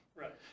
right